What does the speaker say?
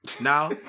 Now